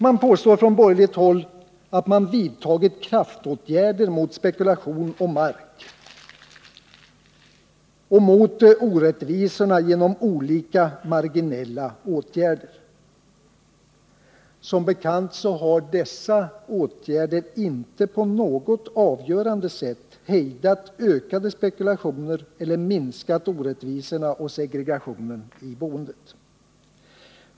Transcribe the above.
Man påstår från borgerligt håll att man vidtagit kraftåtgärder mot spekulation på mark och kämpat mot orättvisorna genom olika marginella åtgärder. Som bekant har dessa åtgärder inte på något avgörande sätt hejdat ökade spekulationer eller minskat orättvisorna och segregationen i boendet.